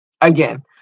again